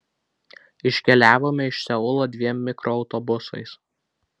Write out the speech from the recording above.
iškeliavome iš seulo dviem mikroautobusais